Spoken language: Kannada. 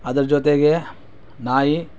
ಅದರ ಜೊತೆಗೆ ನಾಯಿ